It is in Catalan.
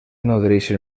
nodreixen